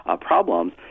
problems